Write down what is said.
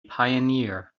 pioneer